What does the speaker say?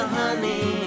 honey